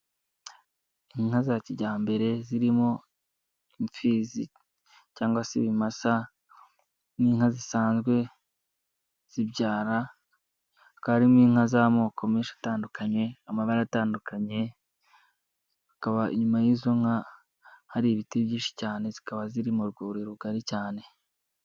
Inka za kijyambere zirimo imfizi cyangwa se ibimasa n'inka zisanzwe zibyara. Hakaba harimo inka z'amoko menshi atandukanye amabara atandukanye. Akaba inyuma y'izo nka hari ibiti byinshi cyane zikaba ziri mu rwuri rugari cyane.